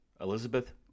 Elizabeth